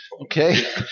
okay